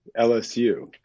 LSU